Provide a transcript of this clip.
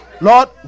lord